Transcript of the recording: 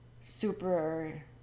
super